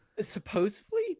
supposedly